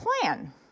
plan